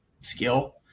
skill